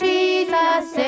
Jesus